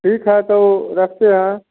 ठीक है तो रखते हैं